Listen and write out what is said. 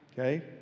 okay